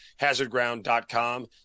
HazardGround.com